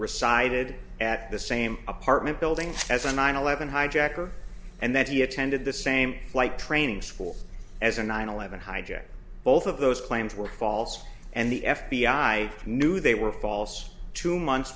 resided at the same apartment building as a nine eleven hijacker and that he attended the same flight training school as a nine eleven hijackers both of those claims were false and the f b i knew they were false two months